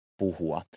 puhua